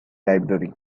library